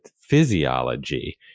physiology